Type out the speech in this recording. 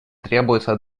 требуется